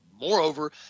moreover